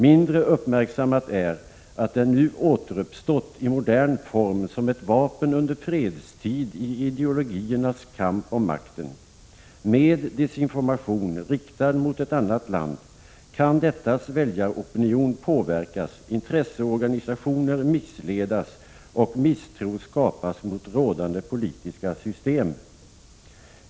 Mindre uppmärksammat är att den nu återuppstått i modern form som ett vapen under fredstid i ideologiernas kamp om makten. Med desinformation riktad mot ett annat land kan dettas väljaropinion påverkas, intresseorganisationer missledas och misstro skapas mot rådande politiska system.